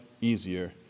easier